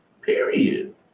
Period